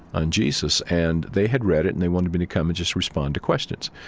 on jesus. and they had read it, and they wanted me to come and just respond to questions.